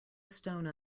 stone